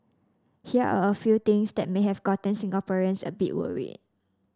here are a few things that may have gotten Singaporeans a bit worried